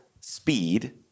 speed